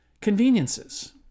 conveniences